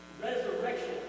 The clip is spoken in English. Resurrection